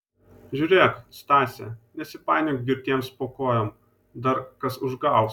žiūrėk stase nesipainiok girtiems po kojom dar kas užgaus